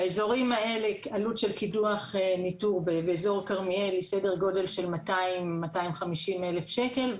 עלות של קידוח ניטור באזור כרמיאל היא סדר גודל של 200,000 250,000 שקל.